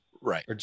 Right